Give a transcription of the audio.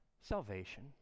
Salvation